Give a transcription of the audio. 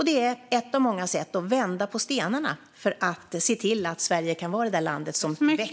Det är ett av många sätt att vända på stenarna för att se till att Sverige kan vara det där landet som växer.